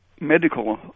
Medical